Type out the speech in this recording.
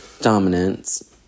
dominance